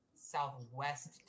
southwest